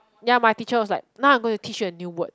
ya my teacher was like now I'm gonna teach you a new word